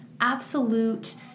absolute